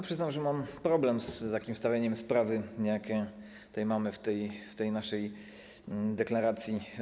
Przyznam, że mam problem z takim postawieniem sprawy, jaki mamy tutaj, w tej naszej deklaracji.